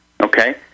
Okay